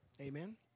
Amen